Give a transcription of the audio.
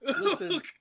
listen